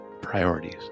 priorities